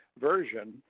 version